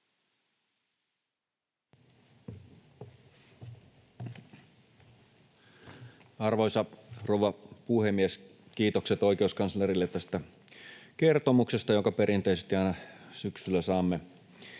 Arvoisa rouva puhemies! Kiitokset oikeuskanslerille tästä kertomuksesta, jonka perinteisesti aina syksyllä saamme